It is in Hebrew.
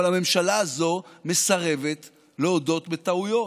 אבל הממשלה הזאת מסרבת להודות בטעויות.